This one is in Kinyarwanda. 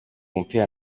umupira